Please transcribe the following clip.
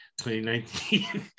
2019